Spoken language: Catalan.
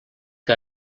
que